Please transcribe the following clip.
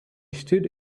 stood